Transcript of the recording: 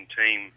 team